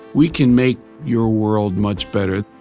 we can make your world much better.